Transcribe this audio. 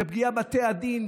בפגיעה בבתי הדין,